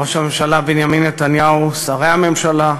ראש הממשלה בנימין נתניהו, שרי הממשלה,